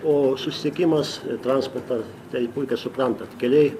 o susisiekimas transporta tai puikiai suprantat keliai